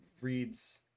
reads